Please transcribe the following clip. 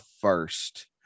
first